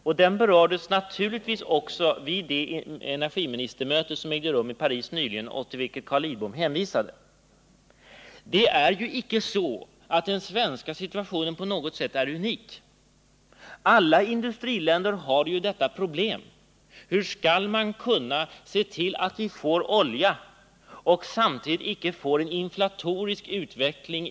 Naturligtvis togs den här frågan upp vid det energiministermöte som ägde rum i Paris nyligen och till vilket Carl Lidbom hänvisade. Den svenska situationen är ju inte på något sätt unik. Alla industriländer har detta problem: Hur skall man kunna se till att man får olja utan att samtidigt få en inflatorisk utveckling?